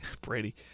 Brady